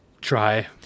try